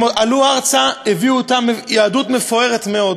הם עלו ארצה, הביאו אתם יהדות מפוארת מאוד.